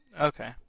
Okay